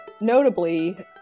Notably